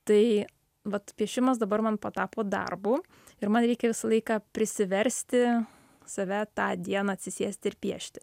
tai vat piešimas dabar man patapo darbu ir man reikia visą laiką prisiversti save tą dieną atsisėsti ir piešti